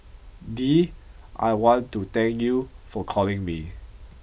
Dee I want to thank you for calling me